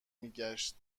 میگشت